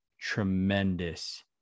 tremendous